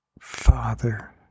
Father